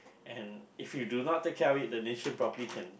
and if you do not take care of it the nation probably can